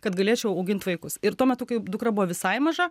kad galėčiau augint vaikus ir tuo metu kai dukra buvo visai maža